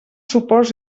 suports